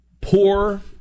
poor